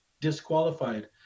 disqualified